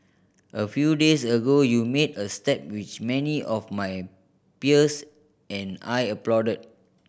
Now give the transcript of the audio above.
a few days ago you made a step which many of my peers and I applauded